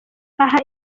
aha